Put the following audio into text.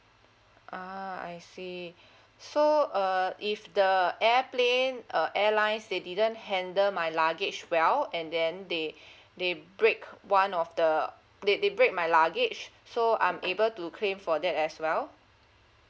ah I see so uh if the airplane uh airlines they didn't handle my luggage well and then they they break one of the they they break my luggage so I'm able to claim for that as well